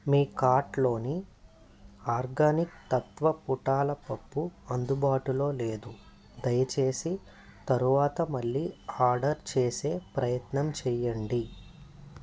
మీ కార్ట్లోనీ ఆర్గానిక్ తత్వ పుట్నాల పప్పు అందుబాటులో లేదు దయచేసి తరువాత మళ్ళీ ఆర్డర్ చేసే ప్రయత్నం చెయ్యండి